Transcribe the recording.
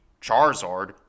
Charizard